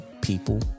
people